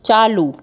चालू